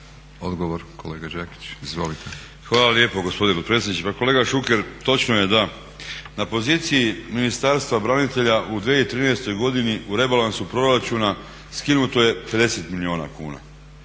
Odgovor, kolega Đakić izvolite. **Đakić, Josip (HDZ)** Hvala lijepo gospodine potpredsjedniče. Pa kolega Šuker, točno je da, na poziciji Ministarstva branitelja u 2013. godini u rebalansu proračuna skinuto je 50 milijuna kuna,